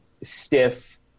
stiff